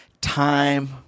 time